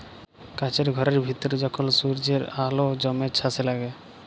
কাছের ঘরের ভিতরে যখল সূর্যের আল জ্যমে ছাসে লাগে